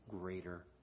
greater